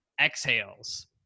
exhales